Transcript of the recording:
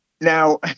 Now